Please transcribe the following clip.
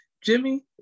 Jimmy